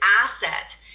asset